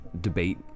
debate